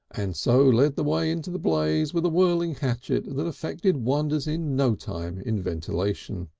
and so led the way into the blaze with a whirling hatchet that effected wonders in no time in ventilation.